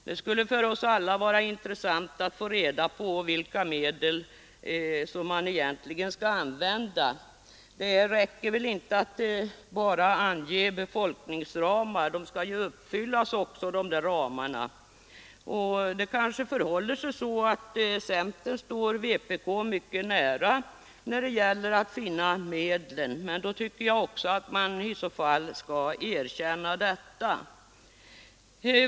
Det skulle för oss alla vara intressant att få reda på vilka medel som egentligen skall användas. Det räcker väl inte bara att ange befolkningsramar; de skall ju uppfyllas också. Kanske förhåller det sig så att centern står vpk mycket nära när det gäller att finna medlen, men i så fall tycker jag att man också skall erkänna detta.